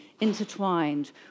intertwined